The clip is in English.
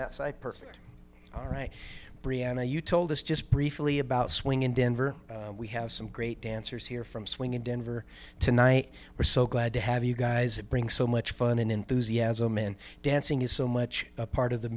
that side perfect all right brianna you told us just briefly about swing in denver we have some great dancers here from swing in denver tonight we're so glad to have you guys bring so much fun and enthusiasm in dancing is so much a part of the